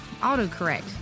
AutoCorrect